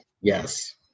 yes